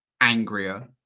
angrier